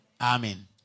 Amen